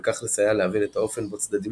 ובכך לסייע להבין את האופן בו צדדים